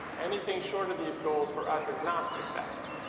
anything short of these goals for us is not success.